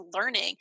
learning